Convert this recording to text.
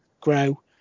grow